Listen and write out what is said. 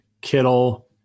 Kittle